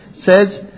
says